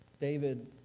David